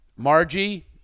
Margie